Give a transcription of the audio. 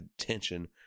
attention